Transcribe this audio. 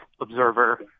observer